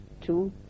two